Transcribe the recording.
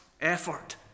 effort